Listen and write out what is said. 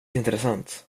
intressant